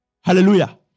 Hallelujah